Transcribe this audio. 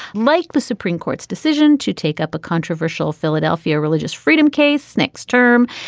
like the supreme court's decision to take up a controversial philadelphia religious freedom case next term.